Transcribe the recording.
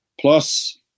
plus